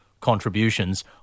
contributions